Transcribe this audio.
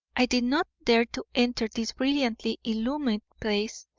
i did not dare to enter this brilliantly illumined space,